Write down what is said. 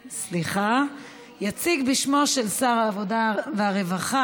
סליחה, יציג בשמו של שר העבודה והרווחה